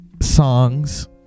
songs